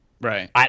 Right